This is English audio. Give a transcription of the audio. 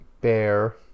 bear